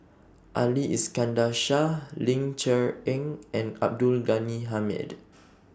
Ali Iskandar Shah Ling Cher Eng and Abdul Ghani Hamid